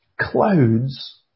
clouds